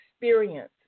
experience